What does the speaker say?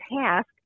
task